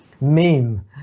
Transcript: meme